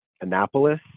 Annapolis